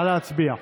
נא להצביע.